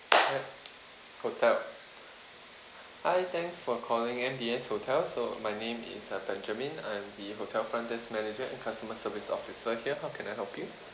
hotel hi thanks for calling M_B_S hotel so my name is uh benjamin I'm the hotel front desk manager and customer service officer here how can I help you